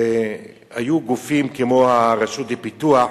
והיו גופים כמו הרשות לפיתוח,